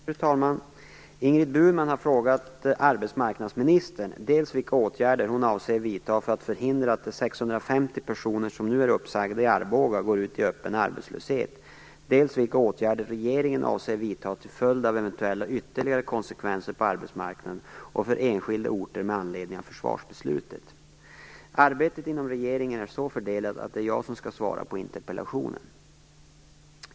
Fru talman! Ingrid Burman har frågat arbetsmarknadsministern dels vilka åtgärder hon avser vidta för att förhindra att de 650 personer som nu är uppsagda i Arboga går ut i öppen arbetslöshet, dels vilka åtgärder regeringen avser vidta till följd av eventuella ytterligare konsekvenser på arbetsmarknaden och för enskilda orter med anledning av försvarsbeslutet. Arbetet inom regeringen är så fördelat att det är jag som skall svara på interpellationen.